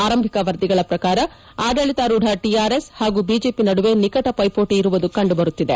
ಆರಂಭಿಕ ವರದಿಗಳ ಪ್ರಕಾರ ಆಡಳಿತಾರೂಧ ಟೆಆರ್ಎಸ್ ಹಾಗೂ ಬಿಜೆಪಿ ನಡುವೆ ನಿಕಟ ಪೈಪೋಟಿ ಇರುವುದು ಕಂಡುಬರುತ್ತಿದೆ